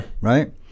right